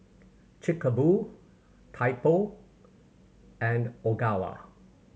Chic a Boo Typo and Ogawa